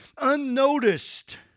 unnoticed